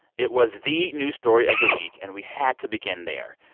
it was the news story of the week, and we had to begin there.